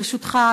ברשותך,